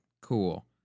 Cool